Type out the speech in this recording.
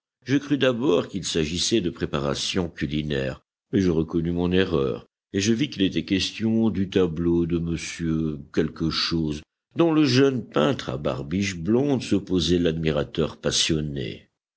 je crus d'abord qu'il s'agissait de préparations culinaires mais je reconnus mon erreur et je vis qu'il était question du tableau de m dont le jeune peintre à barbiche blonde se posait l'admirateur passionné